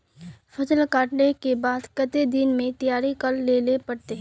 फसल कांटे के बाद कते दिन में तैयारी कर लेले पड़ते?